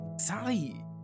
Sally